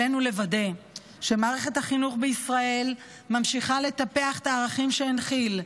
עלינו לוודא שמערכת החינוך בישראל ממשיכה לטפח את הערכים שהנחיל,